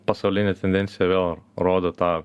pasaulinė tendencija vėl rodo tą